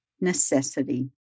necessity